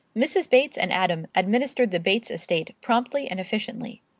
mrs. bates and adam administered the bates estate promptly and efficiently.